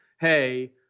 hey